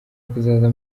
kuzaza